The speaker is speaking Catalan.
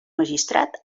magistrat